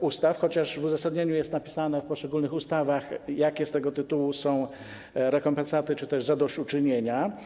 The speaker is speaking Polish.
ustaw, chociaż w uzasadnieniu jest napisane, w poszczególnych ustawach, jakie z tego tytułu są rekompensaty czy też zadośćuczynienia?